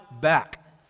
back